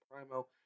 Primo